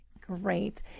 Great